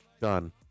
done